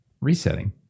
resetting